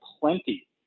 plenty